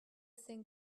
think